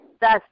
thus